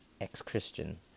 ex-Christian